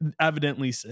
evidently